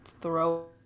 throw